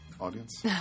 audience